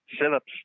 sit-ups